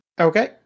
Okay